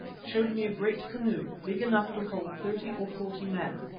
showed me a great canoe, big enough to hold thirty or forty men,